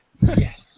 Yes